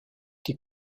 die